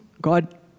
God